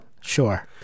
sure